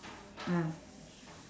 mm